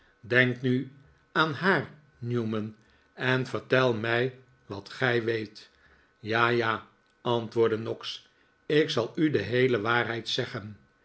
denk nu aan haar newman en vertel mij wat gij weet ja ja antwoordde noggs ik zal u de heele waarheid zeggen